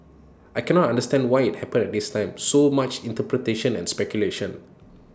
I cannot understand why IT happened at this time so much interpretation and speculation